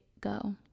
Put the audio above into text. go